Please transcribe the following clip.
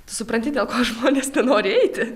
tu supranti dėl ko aš žmonės nenori eiti